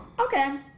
okay